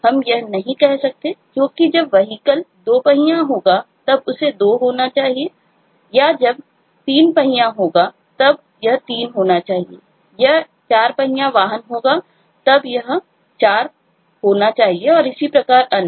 हम यह नहीं कह सकते क्योंकि जब Vehicle दो पहिया होगा तब उसे 2 होना चाहिए या जब तीन पहिया होगा तब यह 3 होना चाहिए यह एक चार पहिया वाहन होगा तब यह चार होना चाहिए और इसी प्रकार अन्य